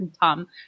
Tom